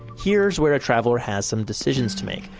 here's where a traveler has some decisions to make.